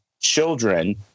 children